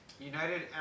United